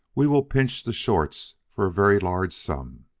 we will pinch the shorts for a very large sum.